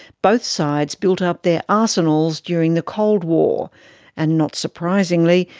both sides built up their arsenals during the cold war and not surprisingly,